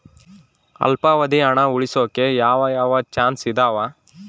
ಅಲ್ಪಾವಧಿ ಹಣ ಉಳಿಸೋಕೆ ಯಾವ ಯಾವ ಚಾಯ್ಸ್ ಇದಾವ?